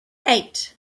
eight